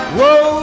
Whoa